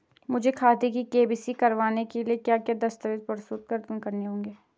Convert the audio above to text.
मुझे खाते की के.वाई.सी करवाने के लिए क्या क्या दस्तावेज़ प्रस्तुत करने होंगे?